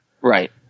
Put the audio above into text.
Right